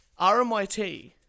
RMIT